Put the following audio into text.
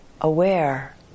aware